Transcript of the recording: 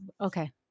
okay